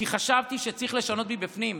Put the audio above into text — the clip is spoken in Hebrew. כי חשבתי שצריך לשנות מבפנים,